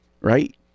right